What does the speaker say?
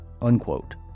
unquote